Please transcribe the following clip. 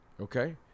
Okay